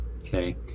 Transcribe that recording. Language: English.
Okay